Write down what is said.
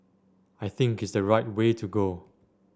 I think it's the right way to go